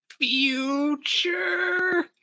Future